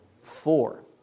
Four